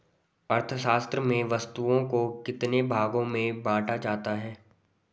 अर्थशास्त्र में वस्तुओं को कितने भागों में बांटा जाता है?